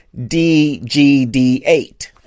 DGD8